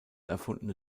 erfundene